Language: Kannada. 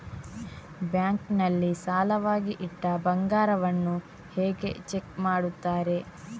ಬ್ಯಾಂಕ್ ನಲ್ಲಿ ಸಾಲವಾಗಿ ಇಟ್ಟ ಬಂಗಾರವನ್ನು ಹೇಗೆ ಚೆಕ್ ಮಾಡುತ್ತಾರೆ?